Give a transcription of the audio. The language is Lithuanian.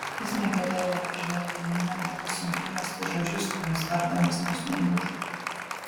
jis negalėjo į ją pažvelgti jam net buvo sunku rasti žodžius kuriuos tardamas nesugniužtų